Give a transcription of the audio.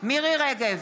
מירי מרים רגב,